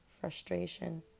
frustration